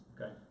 okay